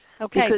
Okay